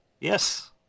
yes